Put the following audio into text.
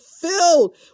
filled